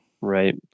Right